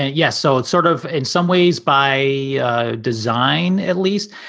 yes. so it's sort of in some ways by design at least.